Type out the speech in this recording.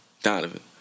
Donovan